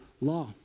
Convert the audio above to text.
law